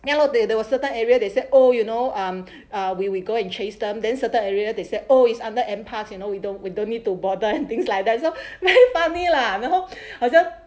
ya lor day there were certain area they said oh you know um er we we go and chased them then certain area they said oh is under nparks you know we don't we don't need to bother and things like that so funny lah 然后好像